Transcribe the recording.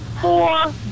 four